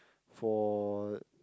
for